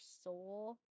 soul